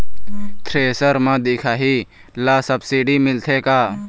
Thresher म दिखाही ला सब्सिडी मिलथे का?